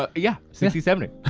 ah yeah, sixty, seventy.